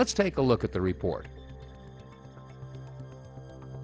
let's take a look at the report